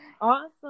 Awesome